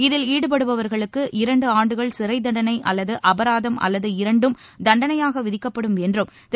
இதில் ஈடுபடுபவர்களுக்கு இரண்டு ஆண்டுகள் சிறை தண்டனை அல்லது அபராதம் அல்லது இரண்டும் தண்டனையாக விதிக்கப்படும் என்றும் திரு